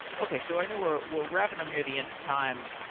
okay, so i knew we're we're wrapping um near the end of time.